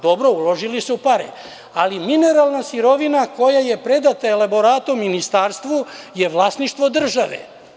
Dobro, uložili su pare, ali mineralna sirovina koja je predata elaboratom ministarstvu je vlasništvo države.